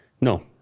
No